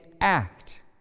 act